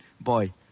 boy